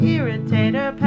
Irritator